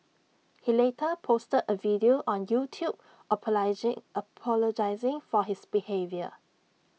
he later posted A video on YouTube apologising for his behaviour